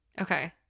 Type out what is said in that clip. okay